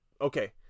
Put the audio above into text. okay